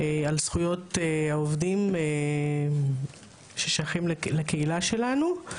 על זכויות העובדים ששייכים לקהילה שלנו.